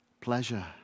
pleasure